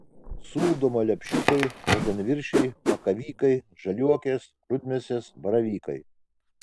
sūdoma lepšiukai raudonviršiai makavykai žaliuokės rudmėsės baravykai